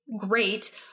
great